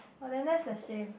oh that's the same